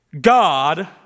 God